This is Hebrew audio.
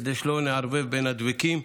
כדי שלא נערבב בין הדברים: